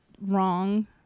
wrong